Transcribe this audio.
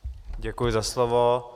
Děkuji za slovo.